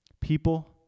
People